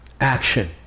Action